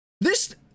this-